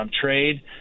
Trade